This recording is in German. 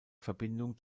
verbindung